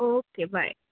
okay bye